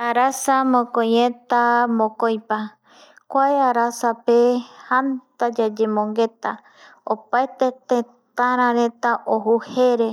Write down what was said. Arasa mokoieta mokoipa, kua arsa pe jata yayemongueta opaete tetara reta ojjere